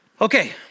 Okay